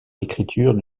l’écriture